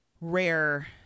rare